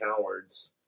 cowards